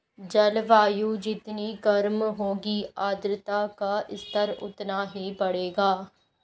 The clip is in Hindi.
जलवायु जितनी गर्म होगी आर्द्रता का स्तर उतना ही बढ़ेगा